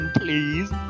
please